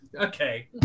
Okay